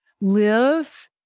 live